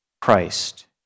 Christ